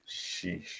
Sheesh